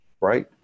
right